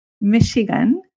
Michigan